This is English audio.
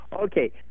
Okay